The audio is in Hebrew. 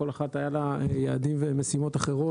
לכל אחת היו יעדים ומשימות אחרות.